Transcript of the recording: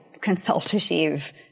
consultative